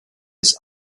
ist